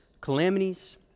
calamities